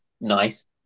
nice